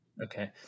Okay